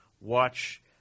Watch